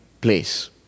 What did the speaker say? place